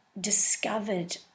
discovered